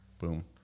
Boom